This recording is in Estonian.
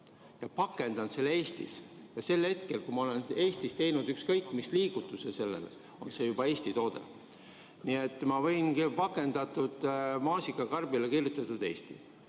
ja pakendan need Eestis ning sel hetkel, kui ma olen Eestis teinud ükskõik mis liigutusi, on see juba Eesti toode. Nii et ma võingi pakendatud maasika karbile kirjutada "Eesti".